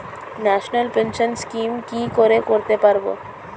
National pension scheme কি করে করতে পারব?